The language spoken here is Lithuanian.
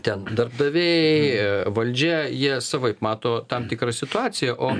ten darbdaviai valdžia jie savaip mato tam tikrą situaciją o